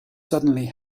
suddenly